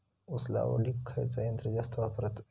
ऊस लावडीक खयचा यंत्र जास्त वापरतत?